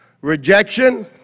rejection